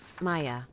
Maya